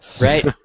Right